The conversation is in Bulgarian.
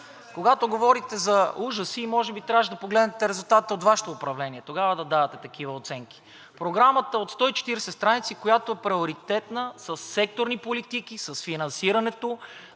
когато говорихте за ужаси, и може би трябваше да погледнете резултата от Вашето управление и тогава да давате такива оценки. Програмата от 140 страници, която е приоритетна със секторни политики, с финансирането